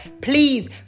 please